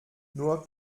nur